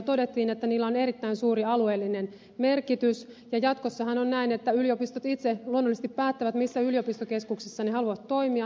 todettiin että niillä on erittäin suuri alueellinen merkitys ja jatkossahan on näin että yliopistot itse luonnollisesti päättävät missä yliopistokeskuksessa ne haluavat toimia